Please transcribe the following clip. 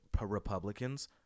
Republicans